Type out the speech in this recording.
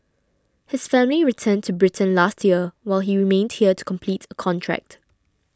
his family returned to Britain last year while he remained here to complete a contract